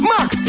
Max